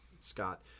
scott